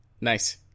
Nice